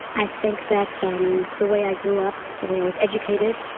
i think that um the way i grew up, the way i was educated,